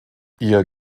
ihr